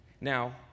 Now